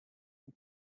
the